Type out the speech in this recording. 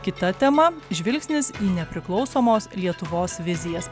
kita tema žvilgsnis į nepriklausomos lietuvos vizijas